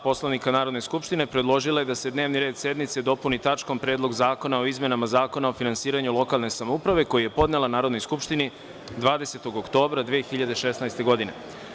Poslovnika Narodne skupštine predložila je da se dnevni red sednice dopuni tačkom – Predlog zakona o izmenama Zakona o finansiranju lokalne samouprave koji je podnela Narodnoj skupštini 20. oktobra 2016. godine.